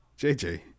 JJ